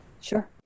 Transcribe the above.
sure